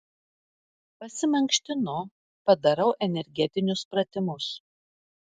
pasimankštinu padarau energetinius pratimus